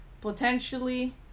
potentially